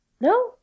No